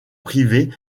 privée